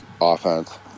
offense